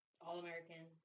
All-American